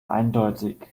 eindeutig